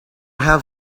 have